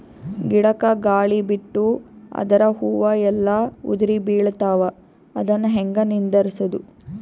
ಗಿಡಕ, ಗಾಳಿ ಬಿಟ್ಟು ಅದರ ಹೂವ ಎಲ್ಲಾ ಉದುರಿಬೀಳತಾವ, ಅದನ್ ಹೆಂಗ ನಿಂದರಸದು?